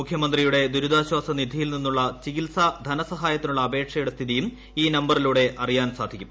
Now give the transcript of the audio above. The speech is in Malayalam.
മുഖ്യമന്ത്രിയുടെ ദുരിതാശ്ചാസ നിധിയിൽ നിന്നുള്ള ചികിത്സാ ധനസഹായത്തിനുള്ള അപേക്ഷയുടെ സ്ഥിതിയും ഈ നമ്പറിലൂടെ അറിയാൻ സാധിക്കും